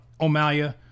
O'Malley